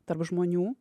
tarp žmonių